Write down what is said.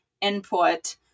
input